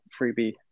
freebie